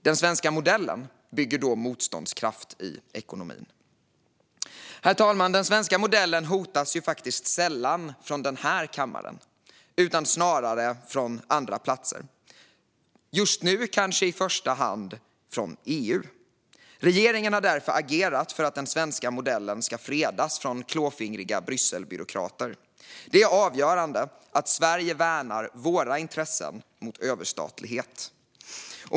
Den svenska modellen bygger då motståndskraft i ekonomin. Herr talman! Den svenska modellen hotas sällan från den här kammaren utan snarare från andra platser, just nu kanske i första hand från EU. Regeringen har därför agerat för att den svenska modellen ska fredas från klåfingriga Brysselbyråkrater. Det är avgörande att Sverige värnar våra intressen mot överstatlighet.